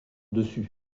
dessus